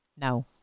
no